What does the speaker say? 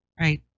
Right